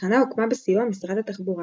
התחנה הוקמה בסיוע משרד התחבורה,